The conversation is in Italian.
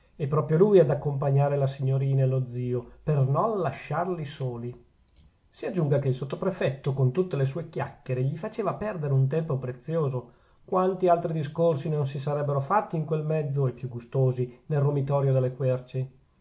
e proprio lui ad accompagnare la signorina e lo zio per non lasciarli soli si aggiunga che il sottoprefetto con tutte le sue chiacchiere gli faceva perdere un tempo prezioso quanti altri discorsi non si sarebbero fatti in quel mezzo e più gustosi nel romitorio delle querci